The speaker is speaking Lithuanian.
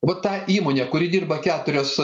vat ta įmonė kuri dirba keturias